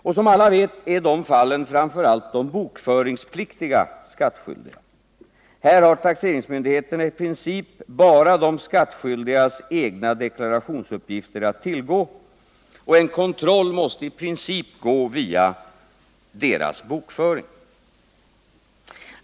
Och som alla vet är dessa fall framför allt de bokföringspliktiga skattskyldiga. Här har taxeringsmyndigheterna i princip bara de skattskyldigas egna deklarationsuppgifter att tillgå, och en kontroll måste i princip gå via deras bokföring.